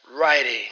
writing